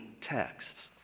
text